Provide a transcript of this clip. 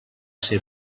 ser